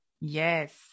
Yes